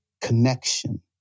connection